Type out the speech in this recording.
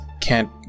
can't-